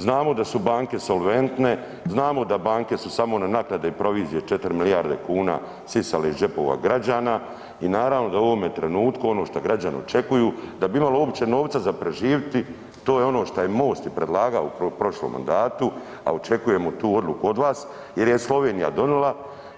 Znamo da su banke solventne, znamo da banke su samo na naknade i provizije 4 milijarde kuna sisali iz džepova građana i naravno da u ovome trenutku ono što građani očekuju da bi imali uopće novca za preživiti, to je ono šta je MOST i predlagao u prošlom mandatu, a očekujemo tu odluku od vas jer je Slovenija donijela,